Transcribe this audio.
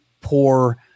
poor